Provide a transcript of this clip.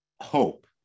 hope